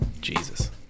Jesus